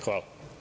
Hvala.